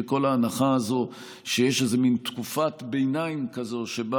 בכל ההנחה הזו שיש מין תקופת ביניים כזו שבה